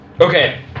Okay